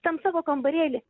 tam savo kambarėly